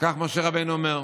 כך משה רבנו אומר.